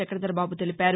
చక్రధర్బాబు తెలిపారు